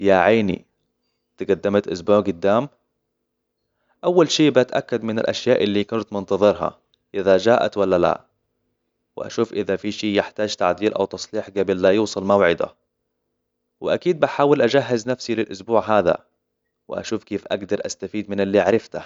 يا عيني، تقدمت أسبوع قدام! أول شيء بأتأكد من الأشياء اللي كنت منتظرها، إذا جاءت ولا لا. وأشوف إذا في شيء يحتاج تعديل أو تصليح قبل لا يوصل موعده. وأكيد بحاول أجهز نفسي للأسبوع هذا، وأشوف كيف أقدر أستفيد من اللي عرفته.